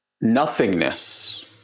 nothingness